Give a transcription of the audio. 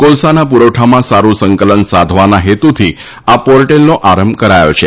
કોલસાના પુરવઠામાં સારૂ સંકલન સાંધવાના હેતુથી આ પોર્ટેલનો આરંભ કરાયો છે